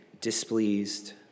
displeased